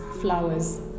flowers